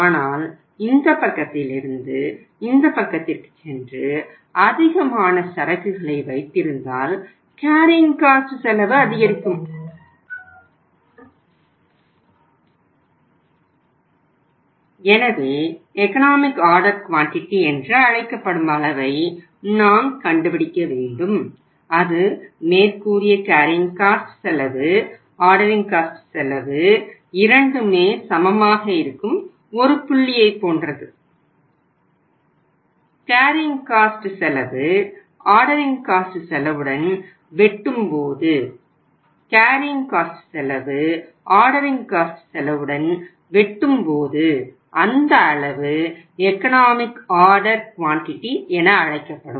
ஆனால் இந்த பக்கத்திலிருந்து இந்த பக்கத்திற்குச் சென்று அதிகமான சரக்குகளை வைத்திருந்தால் கேரியிங் காஸ்ட் என அழைக்கப்படும்